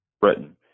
Britain